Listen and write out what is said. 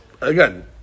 again